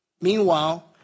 Meanwhile